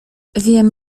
wiem